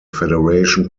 federation